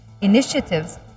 initiatives